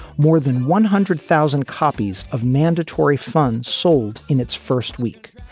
more than one hundred thousand copies of mandatory funds sold in its first week.